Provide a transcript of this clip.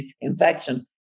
infection